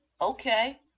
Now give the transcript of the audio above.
Okay